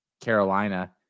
Carolina